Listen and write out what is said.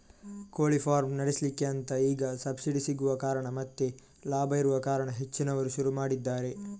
ಕೋಳಿ ಫಾರ್ಮ್ ನಡೆಸ್ಲಿಕ್ಕೆ ಅಂತ ಈಗ ಸಬ್ಸಿಡಿ ಸಿಗುವ ಕಾರಣ ಮತ್ತೆ ಲಾಭ ಇರುವ ಕಾರಣ ಹೆಚ್ಚಿನವರು ಶುರು ಮಾಡಿದ್ದಾರೆ